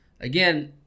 again